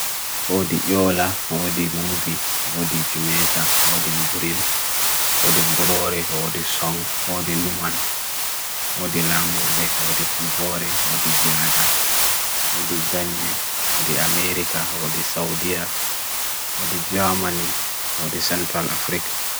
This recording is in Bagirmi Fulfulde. Dabbaji hokkita ndiyanji, ngooɗe goongu. Heɓi hokkita e fiinooko.